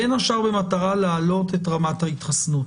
בין השאר במטרה להעלות את רמת ההתחסנות.